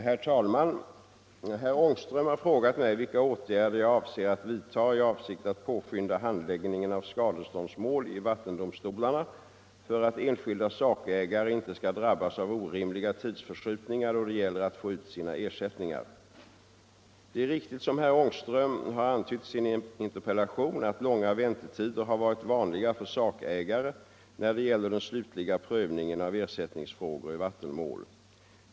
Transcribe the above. Herr talman! Herr Ångström har frågat mig vilka åtgärder jag avser att vidtaga i avsikt att påskynda handläggningen av skadeståndsmål i vattendomstolarna för att enskilda sakägare inte skall drabbas av orimliga tidsförskjutningar då det gäller att få ut sina ersättningar. Det är riktigt som herr Ångström har antytt i sin interpellation att långa väntetider har varit vanliga för sakägare när det gäller den slutliga prövningen av ersättningsfrågor i vattenmål.